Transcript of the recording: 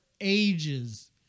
ages